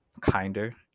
kinder